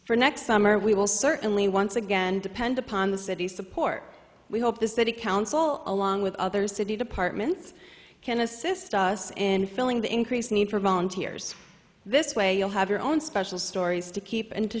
for next summer we will certainly once again depend upon the city's support we hope the city council along with other city departments can assist us in filling the increased need for volunteers this way you'll have your own special stories to keep and to